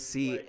See